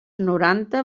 noranta